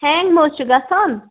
ہینٛگ مہٕ حظ چھُ گژھان